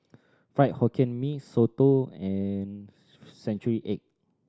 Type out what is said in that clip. Fried Hokkien Mee Soto and century egg